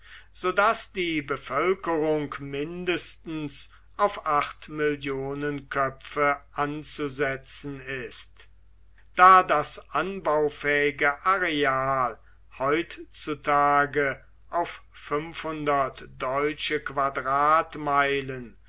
daß die bevölkerung mindestens auf acht köpfe anzusetzen ist da das anbaufähige areal heutzutage auf deutsche quadratmeilen